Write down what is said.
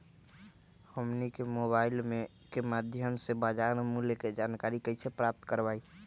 हमनी के मोबाइल के माध्यम से बाजार मूल्य के जानकारी कैसे प्राप्त करवाई?